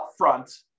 upfront